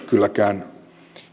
kylläkään